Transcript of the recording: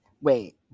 Wait